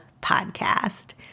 podcast